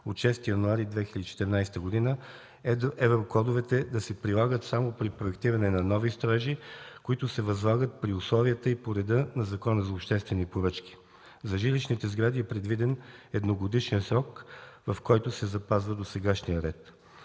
от 6 януари 2014 г. еврокодовете да се прилагат само при проектиране на нови строежи, които се възлагат при условията и по реда на Закона за обществени поръчки. За жилищните сгради е предвиден едногодишен срок, в който се запазва досегашния ред.